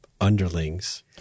underlings